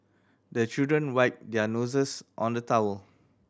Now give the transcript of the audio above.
the children wipe their noses on the towel